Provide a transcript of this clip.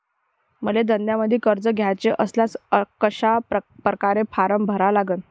मले धंद्यासाठी कर्ज घ्याचे असल्यास कशा परकारे फारम भरा लागन?